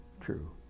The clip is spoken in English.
True